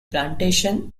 plantation